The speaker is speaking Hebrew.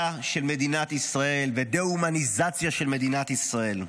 של מדינת ישראל ודה-הומניזציה של מדינת ישראל.